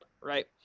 right